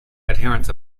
adherents